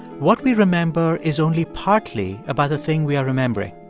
what we remember is only partly about the thing we are remembering.